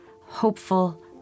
hopeful